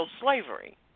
slavery